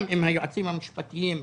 גם אם היועצים המשפטיים מתנגדים,